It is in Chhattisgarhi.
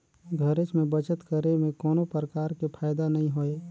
घरेच में बचत करे में कोनो परकार के फायदा नइ होय